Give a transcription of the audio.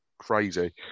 crazy